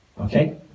Okay